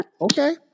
okay